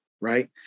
right